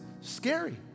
scary